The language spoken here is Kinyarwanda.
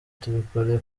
tubikora